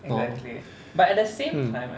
orh mm